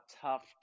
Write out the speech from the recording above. tough